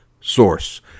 source